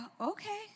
okay